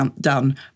done